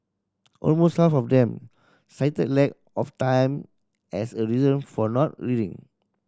almost half of them cited lack of time as a reason for not reading